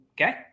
Okay